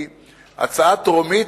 כי הצעה טרומית,